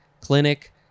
clinic